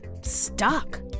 stuck